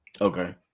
okay